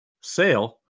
sale